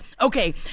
okay